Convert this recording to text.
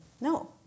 no